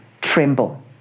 tremble